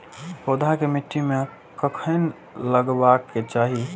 पौधा के मिट्टी में कखेन लगबाके चाहि?